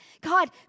God